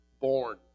born